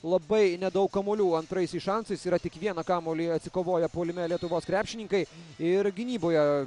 labai nedaug kamuolių antraisiais šansais yra tik vieną kamuolį atsikovoję puolime lietuvos krepšininkai ir gynyboje